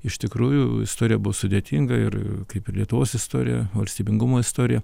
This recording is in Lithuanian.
iš tikrųjų istorija buvo sudėtinga ir kaip ir lietuvos istorija valstybingumo istorija